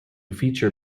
feature